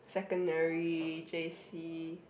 secondary J_C